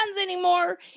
anymore